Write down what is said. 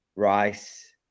Rice